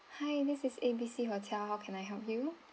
hi this is A B C hotel how can I help you